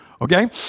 okay